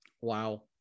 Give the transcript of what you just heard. Wow